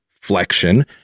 flexion